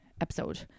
episode